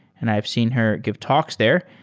and i've seen her give talks there.